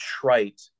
trite